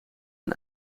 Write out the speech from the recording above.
een